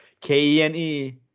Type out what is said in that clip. k-e-n-e